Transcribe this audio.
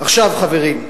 חברים,